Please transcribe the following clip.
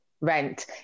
rent